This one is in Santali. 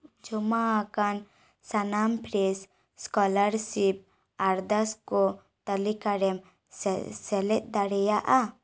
ᱡᱚᱢᱟ ᱟᱠᱟᱱ ᱥᱟᱱᱟᱢ ᱯᱷᱨᱮᱥ ᱥᱠᱚᱞᱟᱨᱥᱤᱯ ᱟᱨᱫᱟᱥ ᱠᱚ ᱛᱟᱞᱤᱠᱟ ᱨᱮᱢ ᱥᱮᱞᱮᱫ ᱫᱟᱲᱮᱭᱟᱜᱼᱟ